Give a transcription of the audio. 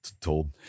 told